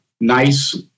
nice